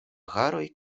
haroj